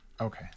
Okay